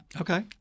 Okay